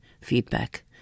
feedback